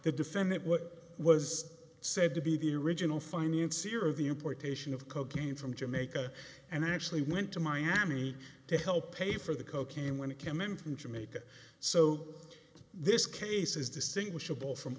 the defendant what was said to be the original financier of the importation of cocaine from jamaica and actually went to miami to help pay for the cocaine when it came in from jamaica so this case is distinguishable from